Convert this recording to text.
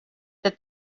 that